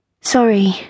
Sorry